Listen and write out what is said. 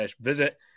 visit